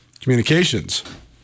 Communications